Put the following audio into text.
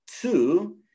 Two